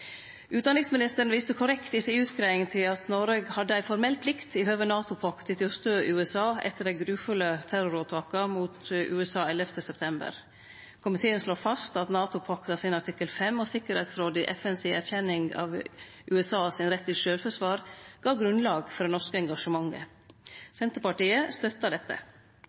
Utanriksministeren viste i si utgreiing korrekt til at Noreg hadde ei formell plikt til i høve til NATO-pakta, å støtte USA etter dei grufulle terroråtaka mot USA den 11. september 2001. Komiteen slår fast at NATO-paktas artikkel 5 og FNs tryggingsråd si erkjenning av USAs rett til sjølvforsvar gav grunnlag for det norske engasjementet. Senterpartiet støttar dette.